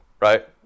right